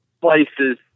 places